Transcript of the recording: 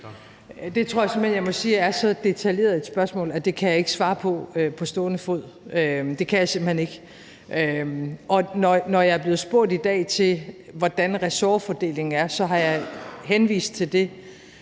Det tror jeg simpelt hen jeg må sige er så detaljeret et spørgsmål, at jeg ikke kan svare på det på stående fod. Det kan jeg simpelt hen ikke. Når jeg er blevet spurgt i dag til, hvordan ressortfordelingen er, så har jeg henvist til det,